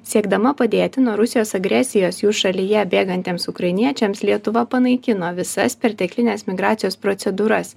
siekdama padėti nuo rusijos agresijos jų šalyje bėgantiems ukrainiečiams lietuva panaikino visas perteklines migracijos procedūras